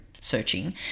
searching